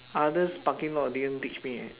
others parking lot didn't teach me eh